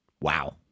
wow